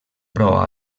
però